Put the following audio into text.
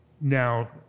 now